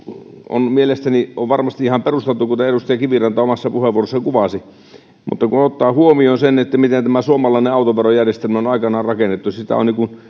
on mielestäni varmasti ihan perusteltu kuten edustaja kiviranta omassa puheenvuorossaan kuvasi mutta kun ottaa huomioon sen miten suomalainen autoverojärjestelmä on aikanaan rakennettu sitä on niin kuin